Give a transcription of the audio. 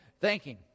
thanking